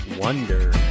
Wonder